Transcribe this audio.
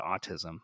autism